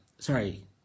Sorry